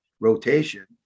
rotation